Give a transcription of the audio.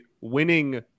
winning